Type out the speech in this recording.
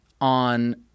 on